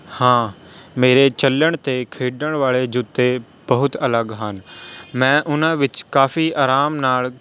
ਹਾਂ ਮੇਰੇ ਚੱਲਣ ਅਤੇ ਖੇਡਣ ਵਾਲੇ ਜੁੱਤੇ ਬਹੁਤ ਅਲੱਗ ਹਨ ਮੈਂ ਉਹਨਾਂ ਵਿੱਚ ਕਾਫੀ ਆਰਾਮ ਨਾਲ